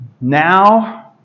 now